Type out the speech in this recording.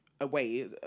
away